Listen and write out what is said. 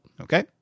Okay